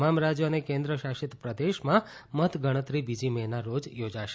તમામ રાજ્યો અને કેન્દ્રશાસિત પ્રદેશમાં મતગણતરી બીજી મેના રોજ યોજાશે